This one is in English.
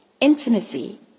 intimacy